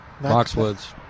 Boxwoods